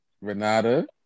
Renata